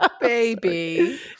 Baby